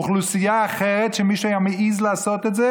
אוכלוסייה אחרת שמישהו היה מעז לעשות את זה